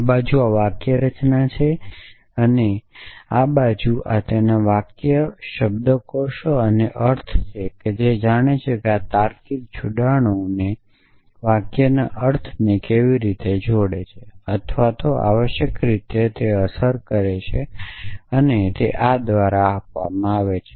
આ બાજુ આ વાક્યરચના છે અને તે બાજુ તેના વાક્ય શબ્દકોષો અને અર્થ છે તે છે કે આ તાર્કિક જોડાણો વાક્યના અર્થને કેવી રીતે જોડે છે અથવા આવશ્યક રીતે અસર કરે છે અને તે આ દ્વારા આપવામાં આવે છે